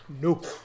nope